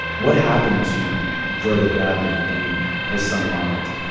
what happened to verda bradley and her son ronald?